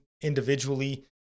individually